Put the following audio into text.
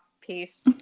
Peace